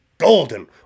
Golden